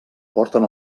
porten